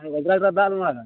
ᱫᱟᱜ ᱟᱲᱟᱜᱟ